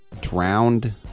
drowned